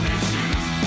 Issues